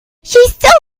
still